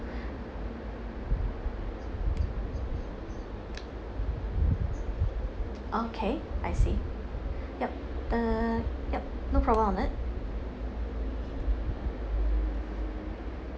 okay I see yup uh yup no problem on it